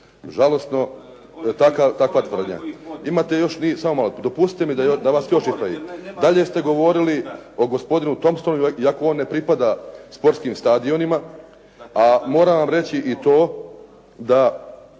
žalosno takva tvrdnja. …/Upadica se ne čuje./… Samo malo, dopustite mi da vas još ispravim. Dalje ste govorili o gospodinu Thompsonu iako on ne pripada sportskim stadionima, a moram vam reći i to da